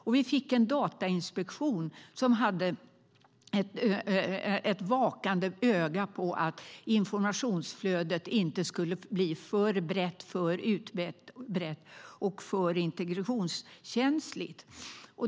Det inrättades en datainspektion som hade ett vakande öga på att informationsflödet inte skulle bli för utbrett och integrationskänsligt.